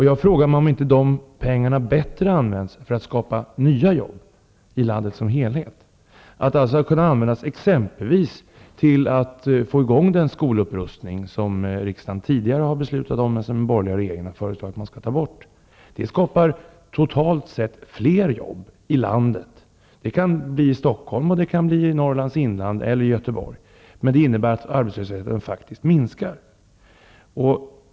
Jag frågar mig om inte de pengarna bättre används för att skapa nya jobb i landet som helhet, exempelvis för att få i gång den skolupprustning som riksdagen tidigare har beslutat om men som den borgerliga regeringen har föreslagit skall tas bort. Det skapar totalt sett fler jobb i landet. Det kan bli i Stockholm, i Norrlands inland eller i Göteborg, men det innebär att arbetslösheten faktiskt minskar.